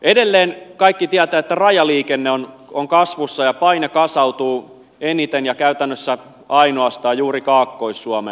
edelleen kaikki tietävät että rajaliikenne on kasvussa ja paine kasautuu eniten ja käytännössä ainoastaan juuri kaakkois suomeen